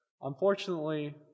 Unfortunately